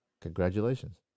Congratulations